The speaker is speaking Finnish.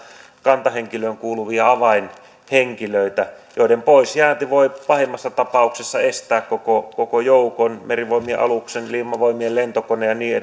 kantahenkilöön kuuluvia avainhenkilöitä joiden poisjäänti voi pahimmassa tapauksessa estää koko koko joukon merivoimien aluksen ilmavoimien lentokoneen ja niin